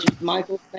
Michael